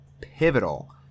pivotal